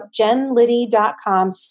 jenliddy.com